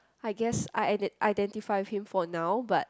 I guess I I identify him for now but